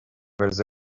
nouvelle